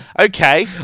Okay